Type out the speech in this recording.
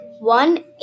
one